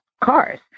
cars